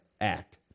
act